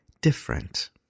different